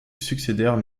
succédèrent